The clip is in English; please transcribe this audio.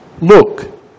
Look